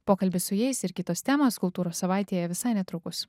pokalbis su jais ir kitos temos kultūros savaitėje visai netrukus